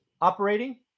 operating